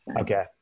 okay